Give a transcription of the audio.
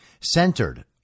centered